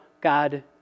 God